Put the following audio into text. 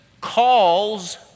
calls